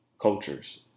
cultures